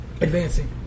Advancing